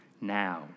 Now